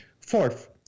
Fourth